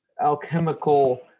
alchemical